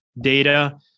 data